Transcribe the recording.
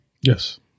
Yes